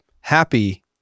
happy